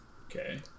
Okay